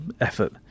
effort